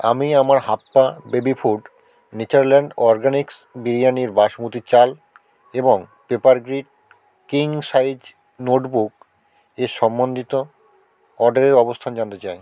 আমি আমার Happa baby food Natureland Organics বিরিয়ানির বাসমতি চাল এবং পেপারগ্রিড কিং সাইজ নোটবুক এর সম্বন্ধিত অর্ডারের অবস্থান জানতে চাই